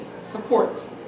support